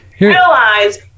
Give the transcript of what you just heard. Realize